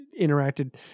interacted